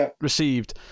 received